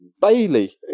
Bailey